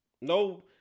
No